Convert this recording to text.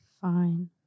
Fine